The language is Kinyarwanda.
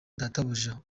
databuja